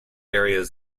areas